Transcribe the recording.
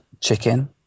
chicken